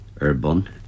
Urban